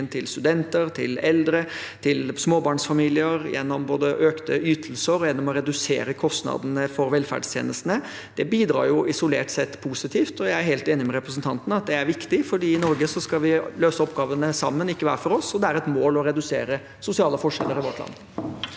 til studenter, til eldre, til småbarnsfamilier, gjennom både økte ytelser og gjennom å redusere kostnadene for velferdstjenestene – bidrar isolert sett positivt. Jeg er helt enig med representanten i at det er viktig, for i Norge skal vi løse oppgavene sammen, ikke hver for oss, og det er et mål å redusere sosiale forskjeller i vårt land.